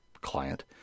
client